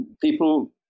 people